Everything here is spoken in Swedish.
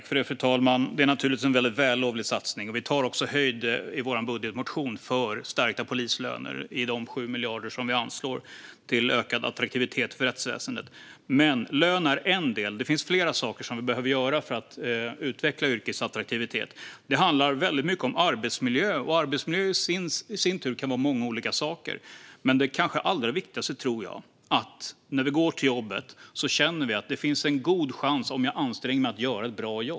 Fru talman! Det är naturligtvis en väldigt vällovlig satsning. I vår budgetmotion tar vi också höjd för stärkta polislöner i de 7 miljarder som vi anslår till ökad attraktivitet för rättsväsendet. Men lön är en del; det finns flera saker som vi behöver göra för att utveckla yrkets attraktivitet. Det handlar väldigt mycket om arbetsmiljö, och arbetsmiljö kan i sin tur vara många olika saker. Men det kanske allra viktigaste, tror jag, är att vi när vi går till jobbet känner att det finns en god chans, om vi anstränger oss, att göra ett bra jobb.